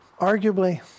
arguably